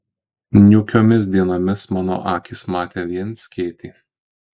niūkiomis dienomis mano akys matė vien skėtį